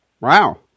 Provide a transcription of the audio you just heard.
Wow